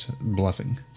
bluffing